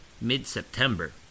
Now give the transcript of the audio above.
mid-September